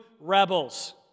rebels